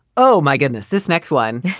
oh, my goodness. this next one